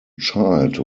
child